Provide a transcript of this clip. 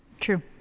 True